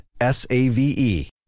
S-A-V-E